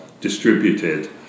distributed